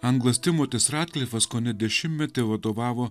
anglas timotis radklifas kone dešimtmetį vadovavo